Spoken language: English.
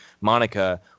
Monica